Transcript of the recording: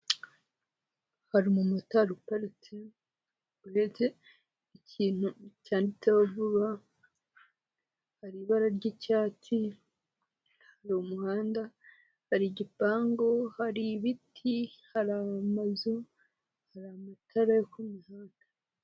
Hari umumotari uparitse uretse ikintu cyanitse vuba hari ibara ry'icyatsi hari umuhanda, hari igipangu, hari ibiti hari amazu, hari amatara ku muhanda.